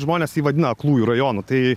žmonės jį vadina aklųjų rajonu tai